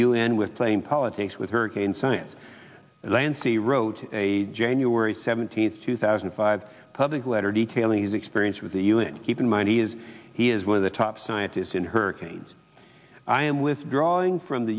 un with playing politics with hurricane science lancy wrote a january seventeenth two thousand and five public letter detailing his experience with the un keep in mind he is he is one of the top scientists in hurricanes i am withdrawing from the